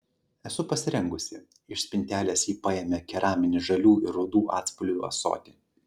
esu pasirengusi iš spintelės ji paėmė keraminį žalių ir rudų atspalvių ąsotį